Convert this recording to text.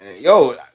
Yo